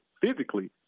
physically